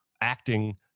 acting